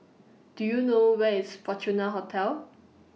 Do YOU know Where IS Fortuna Hotel